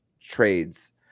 trades